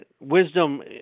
wisdom